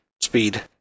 speed